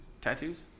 tattoos